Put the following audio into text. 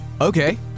Okay